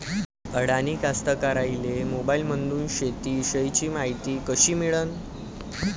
अडानी कास्तकाराइले मोबाईलमंदून शेती इषयीची मायती कशी मिळन?